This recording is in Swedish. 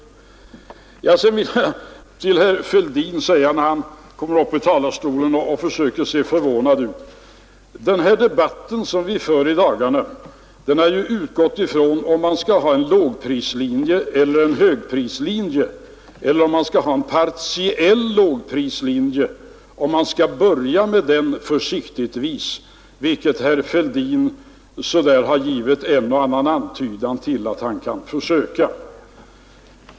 Till herr Fälldin, som kom upp i talarstolen och försökte se förvånad ut, vill jag säga följande. Den här debatten om livsmedelspriserna som vi för i dag har ju baserats på om man skall ha en lågprislinje eller en högprislinje eller om man försiktigtvis skall ha en partiell lågprislinje att börja med, vilket herr Fälldin har givit en och annan antydan om att han kan tänka sig.